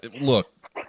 Look